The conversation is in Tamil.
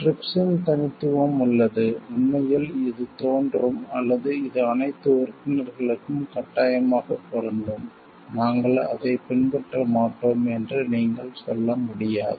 TRIPS இன் தனித்துவம் உள்ளது உண்மையில் இது தோன்றும் அல்லது இது அனைத்து உறுப்பினர்களுக்கும் கட்டாயமாக பொருந்தும் நாங்கள் அதைப் பின்பற்ற மாட்டோம் என்று நீங்கள் சொல்ல முடியாது